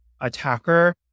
attacker